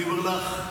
אני אומר לך,